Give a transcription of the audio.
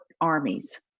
armies